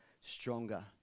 stronger